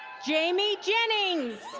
jamie jennings.